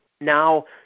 Now